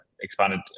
expanded